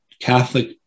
Catholic